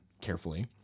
carefully